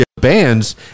bands